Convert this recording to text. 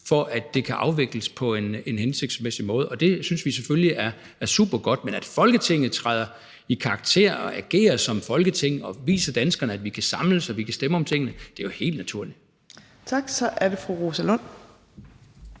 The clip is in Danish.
for at det kan afvikles på en hensigtsmæssig måde. Det synes vi selvfølgelig er supergodt, men at Folketinget træder i karakter og agerer som Folketing og viser danskerne, at vi kan samles, og at vi kan stemme om tingene, er jo helt naturligt. Kl. 11:31 Fjerde næstformand